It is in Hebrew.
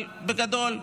אבל בגדול,